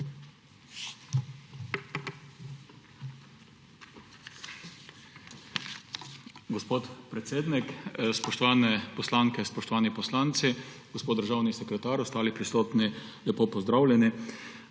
Gospod predsednik, spoštovane poslanke, spoštovani poslanci, gospod državni sekretar, ostali prisotni, lepo pozdravljeni!